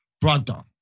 brother